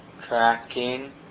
tracking